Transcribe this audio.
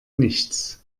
nichts